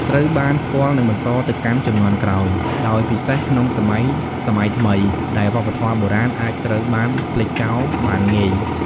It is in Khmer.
ត្រូវបានស្គាល់និងបន្តទៅកាន់ជំនាន់ក្រោយ ដោយពិសេសក្នុងសម័យសម័យថ្មីដែលវប្បធម៌បុរាណអាចត្រូវបានភ្លេចចោលបានងាយ។